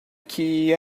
que